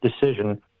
decision